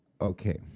okay